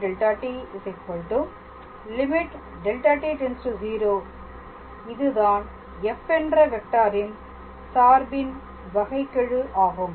δr δt δt→0 lim இதுதான் f என்ற வெக்டாரின் சார்பின் வகைக்கெழு ஆகும்